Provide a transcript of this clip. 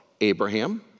Abraham